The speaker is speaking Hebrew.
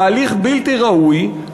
בהליך בלתי ראוי,